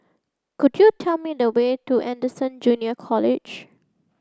could you tell me the way to Anderson Junior College